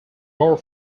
more